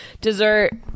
dessert